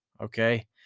okay